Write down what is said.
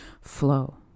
flow